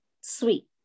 sweet